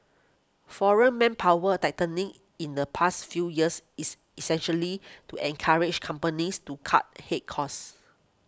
foreign manpower tightening in the past few years is essentially to encourage companies to cut head course